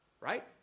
right